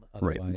Right